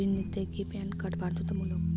ঋণ নিতে কি প্যান কার্ড বাধ্যতামূলক?